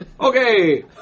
Okay